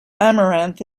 amaranth